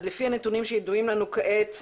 אז לפי נתונים שידועים לנו כעת,